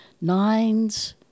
nines